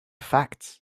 facts